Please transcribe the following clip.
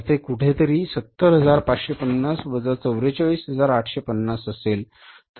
तर ते कुठेतरी 70550 वजा 44850 असेल